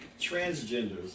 transgenders